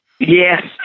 Yes